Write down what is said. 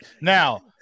Now